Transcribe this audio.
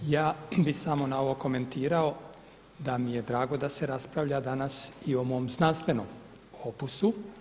Ja bih samo na ovo komentirao da mi je drago da se raspravlja danas i o mom znanstvenom opusu.